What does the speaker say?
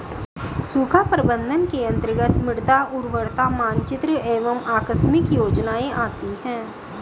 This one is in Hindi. सूखा प्रबंधन के अंतर्गत मृदा उर्वरता मानचित्र एवं आकस्मिक योजनाएं आती है